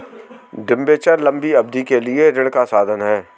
debenture लंबी अवधि के लिए ऋण का साधन है